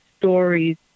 stories